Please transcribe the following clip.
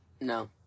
No